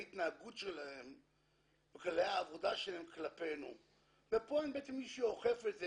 ההתנהגות שלהם או כללי העבודה שלהם כלפינו ופה מי שאוכף את זה,